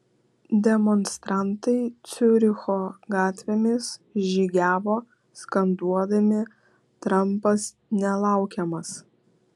demonstrantai ciuricho gatvėmis žygiavo skanduodami trampas nelaukiamas